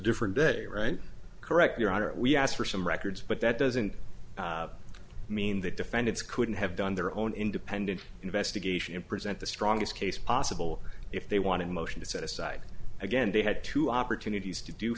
different day right correct your honor we asked for some records but that doesn't mean that defendants couldn't have done their own independent investigation and present the strongest case possible if they wanted a motion to set aside again they had two opportunities to do